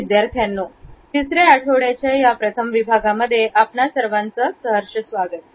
विद्यार्थ्यांनो तिसऱ्या आठवड्याच्या या प्रथम विभागांमध्ये आपणा सर्वांचं स्वागत आहे